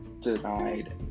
denied